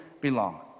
belong